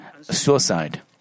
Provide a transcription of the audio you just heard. suicide